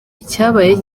icyabaye